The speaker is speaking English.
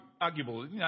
arguable